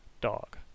dog